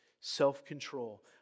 self-control